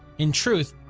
in truth,